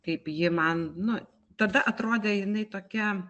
kaip ji man nu tada atrodė jinai tokia